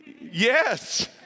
Yes